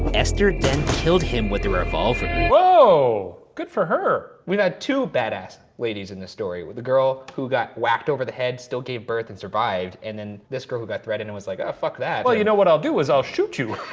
esther then killed him with a revolver. whoa! good for her. we've had two badass ladies in this story. the girl who got whacked over the head, still gave birth and survived. and then, this girl who got threatened, and was like, ah, fuck that. well, you know what i'll do is i'll shoot you.